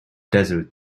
desert